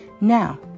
Now